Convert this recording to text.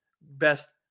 best